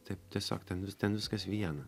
taip tiesiog ten ten viskas viena